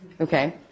Okay